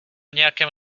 nějakém